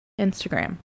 Instagram